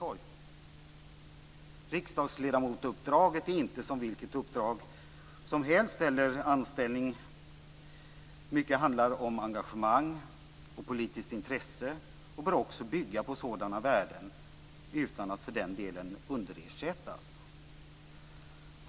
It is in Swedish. Uppdraget som riksdagsledamot är inte som vilket uppdrag eller vilken anställning som helst. Mycket handlar om engagemang och politiskt intresse. Det bör också bygga på sådana värden utan att för den delen underersättas.